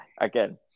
again